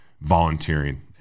volunteering